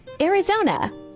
arizona